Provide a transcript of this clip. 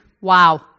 Wow